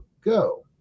go